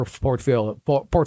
portfolio